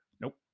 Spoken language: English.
nope